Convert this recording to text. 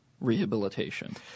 rehabilitation